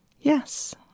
Yes